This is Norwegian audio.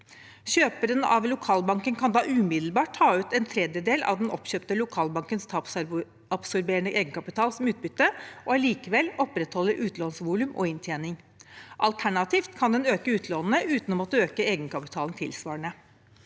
Kjøperen av lokalbanken kan da umiddelbart ta ut en tredjedel av den oppkjøpte lokalbankens tapsabsorberende egenkapital som utbytte og allikevel opprettholde utlånsvolum og inntjening. Alternativt kan den øke utlånene uten å måtte øke egenkapitalen tilsvarende.